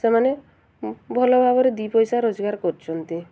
ସେମାନେ ଭଲ ଭାବରେ ଦୁଇ ପଇସା ରୋଜଗାର କରୁଛନ୍ତି